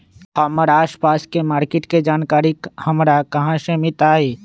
हमर आसपास के मार्किट के जानकारी हमरा कहाँ से मिताई?